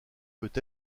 peut